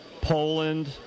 Poland